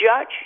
judge